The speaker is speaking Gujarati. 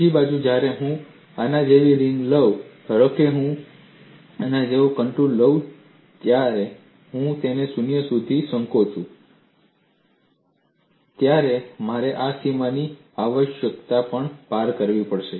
બીજી બાજુ જ્યારે હું આના જેવી રિંગ લઉં ધારો કે હું આના જેવો કોન્ટૂર લઉં જ્યારે હું તેને શૂન્ય સુધી સંકોચું ત્યારે મારે આ સીમાને આવશ્યકપણે પાર કરવી પડશે